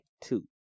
Two